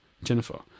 Jennifer